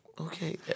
okay